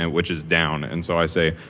and which is down. and so i say,